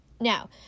Now